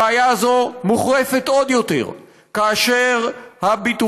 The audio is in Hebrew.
הבעיה הזאת מוחרפת עוד יותר כאשר הביטוחים